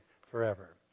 forever